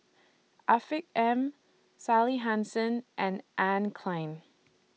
Afiq M Sally Hansen and Anne Klein